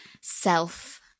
self